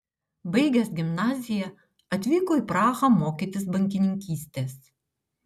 baigęs gimnaziją atvyko į prahą mokytis bankininkystės